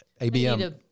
ABM